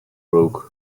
broke